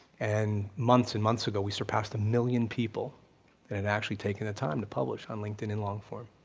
and months and months ago we surpassed a million people that had actually taken the time to publish on linkedin in long form.